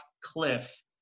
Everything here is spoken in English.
cliff